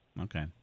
Okay